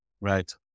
Right